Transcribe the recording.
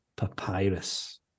papyrus